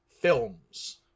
films